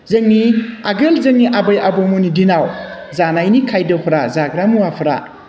जोंनि आगोल जोंनि आबै आबौमोननि दिनाव जानायनि खायद्य'फोरा जाग्रा मुवाफोरा